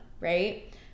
right